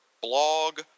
blog